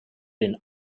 been